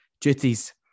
duties